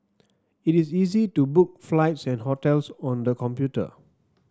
it is easy to book flights and hotels on the computer